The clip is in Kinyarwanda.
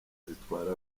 zitwara